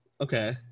okay